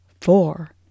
four